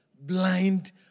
Blind